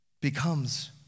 becomes